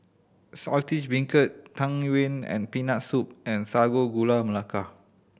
Saltish Beancurd Tang Yuen and Peanut Soup and Sago Gula Melaka